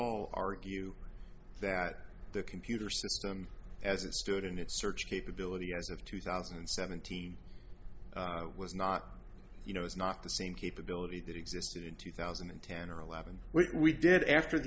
all argue that the computer system as it stood in its search capability as of two thousand and seventeen was not you know it's not the same capability that existed in two thousand and ten or eleven we did after